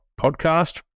podcast